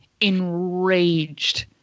enraged